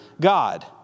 God